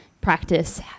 practice